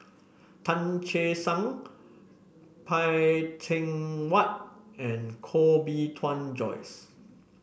Tan Che Sang Phay Teng Whatt and Koh Bee Tuan Joyce